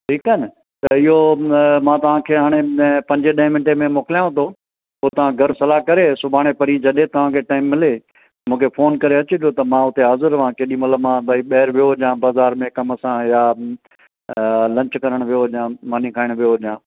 ठीकु आहे न त इहो मां तव्हांखे हाणे न पंज ॾह मिंटे में मोकलियांव थो पोइ तव्हां घर सलाहु करे सुभाणे परीअ जॾहिं तव्हांखे टाइम मिले मूंखे फोन करे अचिजो त मां हुते हाज़िर हुवां केॾी महिल मां भई ॿाहिरि वियो हुजां बाज़ारि में कम सां या त लंच करणु पियो वञा मानी खाइणु पियो वञा